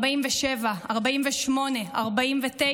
47, 48, 49,